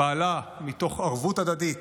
פעלה מתוך ערבות הדדית